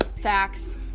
Facts